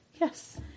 yes